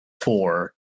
four